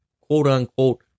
quote-unquote